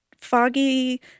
foggy